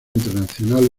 internacionales